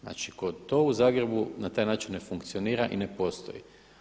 Znači to u Zagrebu na taj način ne funkcionira i ne postoji.